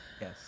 yes